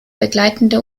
begleitende